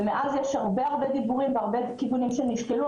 ומאז יש הרבה דיבורים והרבה כיוונים שנשקלו,